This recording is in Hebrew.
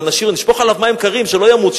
נשפוך עליו מים קרים שלא ימות,